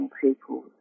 people